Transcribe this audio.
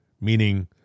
meaning